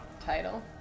title